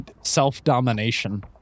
self-domination